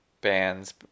bands